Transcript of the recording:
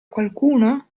qualcuno